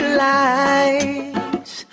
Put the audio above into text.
lights